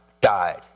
died